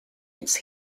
its